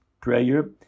prayer